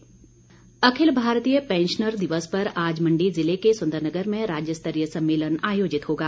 pensioner दिवस अखिल भारतीय पैंशनर दिवस पर आज मंडी जिले के सुंदरनगर में राज्यस्तरीय सम्मेलन आयोजित होगा